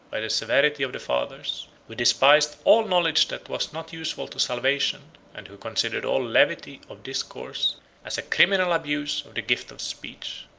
by the severity of the fathers, who despised all knowledge that was not useful to salvation, and who considered all levity of discourse as a criminal abuse of the gift of speech.